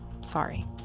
Sorry